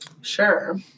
Sure